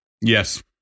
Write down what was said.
Yes